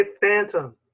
Phantom